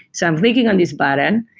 so i'm clicking on this button.